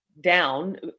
down